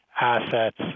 assets